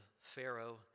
Pharaoh